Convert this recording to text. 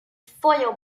foiled